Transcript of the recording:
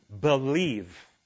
believe